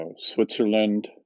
Switzerland